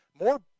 More